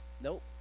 Nope